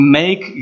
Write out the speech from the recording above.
make